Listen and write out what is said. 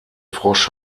frosch